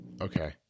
Okay